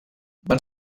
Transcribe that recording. van